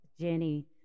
Jenny